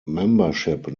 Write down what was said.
membership